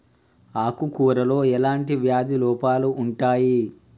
ఆకు కూరలో ఎలాంటి వ్యాధి లోపాలు ఉంటాయి?